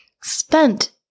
spent